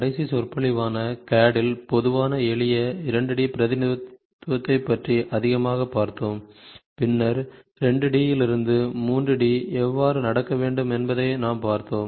கடைசி சொற்பொழிவான CAD இல் பொதுவான எளிய 2 D பிரதிநிதித்துவத்தை பற்றி அதிகமாக பார்த்தோம் பின்னர் 2 D இல் இருந்து 3 D எவ்வாறு நடக்க வேண்டும் என்பதை நாம் பார்த்தோம்